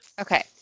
Okay